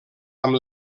amb